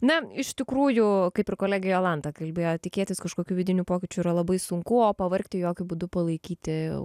na iš tikrųjų kaip ir kolegė jolanta kalbėjo tikėtis kažkokių vidinių pokyčių yra labai sunku o pavargti jokiu būdu palaikyti